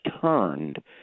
turned